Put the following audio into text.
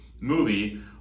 movie